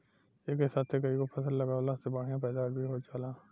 एक साथे कईगो फसल लगावला से बढ़िया पैदावार भी हो जाला